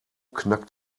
knackt